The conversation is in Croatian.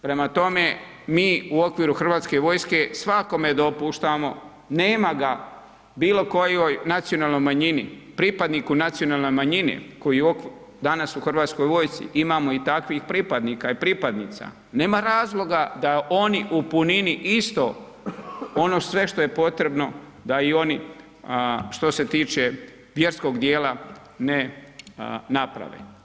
Prema tome, mi u okviru Hrvatske vojske svakome dopuštamo, nema ga bilo kojoj nacionalnoj manjini, pripadniku nacionalne manjine koji danas u Hrvatskoj vojsci, imamo i takvih pripadnika i pripadnica, nema razloga da oni u punini isto, ono sve što je potrebno da i oni, što se tiče vjerskog dijela ne naprave.